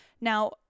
Now